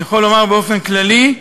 אני יכול לומר באופן כללי,